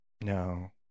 No